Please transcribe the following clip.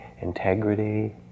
integrity